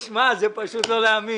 תשמע, זה פשוט לא להאמין.